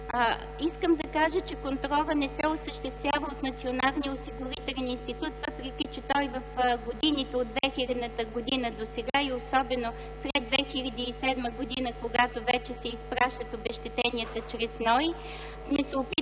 Искам да кажа, че контролът не се осъществява от Националния осигурителен институт, въпреки че той в годините от 2000 г. до сега и особено след 2007 г., когато вече се изплащат обезщетенията чрез НОИ,